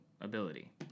ability